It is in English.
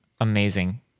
amazing